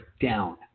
down